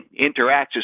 interacts